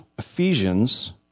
Ephesians